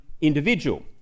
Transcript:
individual